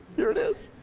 here it is.